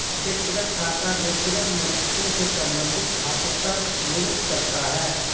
व्यक्तिगत खाता व्यक्तिगत मनुष्यों से संबंधित खातों का प्रतिनिधित्व करता है